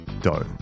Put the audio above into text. dough